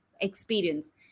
experience